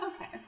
Okay